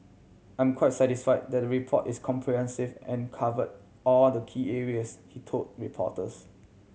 I'm quite satisfy that the report is comprehensive and cover all the key areas he told reporters